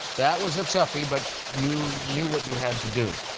that was a toughie, but you knew what you had to do.